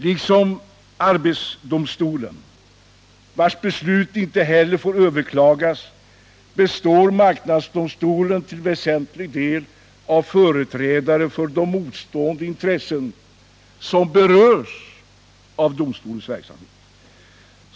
Liksom arbetsdomstolen, vars beslut inte heller får överklagas, består marknadsdomstolen till väsentlig del av företrädare för de motstående intressen som berörs av domstolens verksamhet.